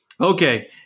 Okay